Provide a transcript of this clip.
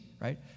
right